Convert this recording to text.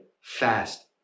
Fast